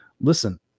listen